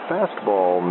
Fastball